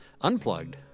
unplugged